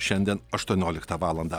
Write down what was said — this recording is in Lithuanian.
šiandien aštuonioliktą valandą